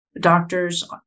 Doctors